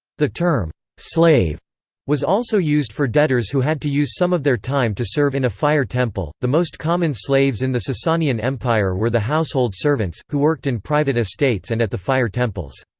the term slave was also used for debtors who had to use some of their time to serve in a fire-temple the most common slaves in the sasanian empire were the household servants, who worked in private estates and at the fire-temples.